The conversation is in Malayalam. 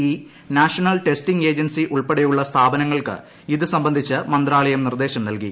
ഇ നാഷണൽ ടെസ്റ്റിങ് ഏജൻസി ഉൾപ്പെടെയുള്ള സ്ഥാപനങ്ങൾക്ക് ഇതു സംബന്ധിച്ച് മന്ത്രാലയം നിർദ്ദേശം നൽകി